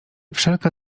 wszelka